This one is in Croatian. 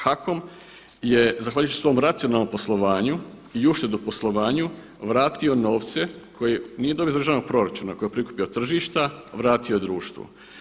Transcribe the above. HAKOM je zahvaljujući svom racionalnom poslovanju i uštedi u poslovanju vratio novce koje nije dobio iz državnog proračuna, koje je prikupio od tržišta vratio društvu.